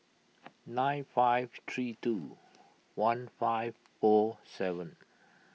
nine five three two one five four seven